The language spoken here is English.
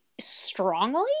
strongly